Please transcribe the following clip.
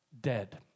dead